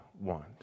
want